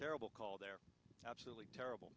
terrible call there absolutely terrible